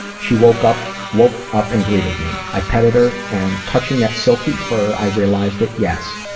she woke up woke up and greeted me. i petted her and touching that silky fur, i realized that yes,